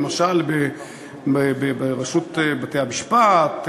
למשל ברשות בתי-המשפט,